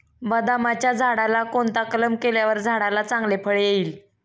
बदामाच्या झाडाला कोणता कलम केल्यावर झाडाला चांगले फळ येईल?